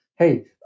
Hey